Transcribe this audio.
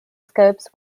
scopes